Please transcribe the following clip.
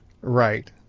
Right